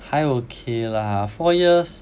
还 okay lah four years